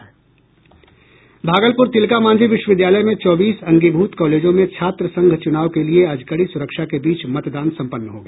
भागलपुर तिलका मांझी विश्वविद्यालय में चौबीस अंगीभूत कॉलेजों में छात्र संघ चुनाव के लिए आज कड़ी सुरक्षा के बीच मतदान संपन्न हो गया